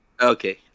Okay